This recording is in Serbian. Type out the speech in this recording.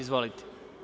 Izvolite.